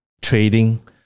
trading